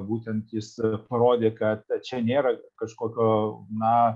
būtent jis parodė kad čia nėra kažkokio na